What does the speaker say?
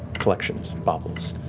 collections, baubles,